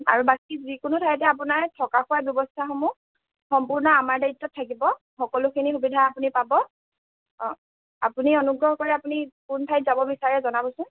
আৰু বাকী যিকোনো ঠাইতে আপোনাৰ থকা খোৱাৰ ব্যৱস্থাসমূহ সম্পূৰ্ণ আমাৰ দায়িত্বত থাকিব সকলোখিনি সুবিধা আপুনি পাব আপুনি অনুগ্ৰহ কৰি আপুনি কোন ঠাইত যাব বিচাৰে জনাবচোন